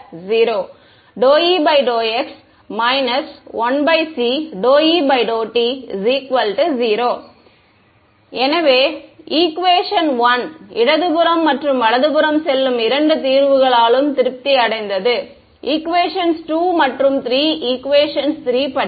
∂E∂x2 1c∂E∂t 𝟢 ∂E∂𝒙 1c∂E∂t 𝟢 எனவே equation 1 இடதுபுறம் மற்றும் வலதுபுறம் செல்லும் இரண்டு தீர்வுகளாலும் திருப்தி அடைந்தது ஈக்குவேஷன்ஸ் 2 மற்றும் ஈக்குவேஷன்ஸ் 3 பற்றி